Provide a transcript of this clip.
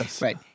Right